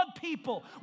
people